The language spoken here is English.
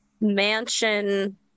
mansion